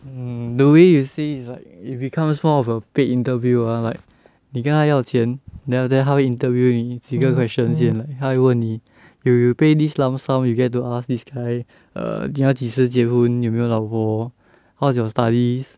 mm the way you say it's like it becomes more of a paid interview lah like 你跟他要钱 then after that 他会 interview 你几个 questions 先 like how 他会问你 you you pay this lump sum you get to ask this kind err 你要几时结婚有没有老婆 how's your studies